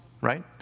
right